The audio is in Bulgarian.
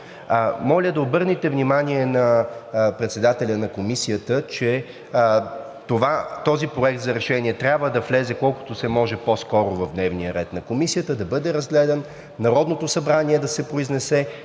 Моля да обърнете внимание на председателя на Комисията, че този проект за решение трябва да влезе колкото се може по-скоро в дневния ред на Комисията и да бъде разгледан. Народното събрание да се произнесе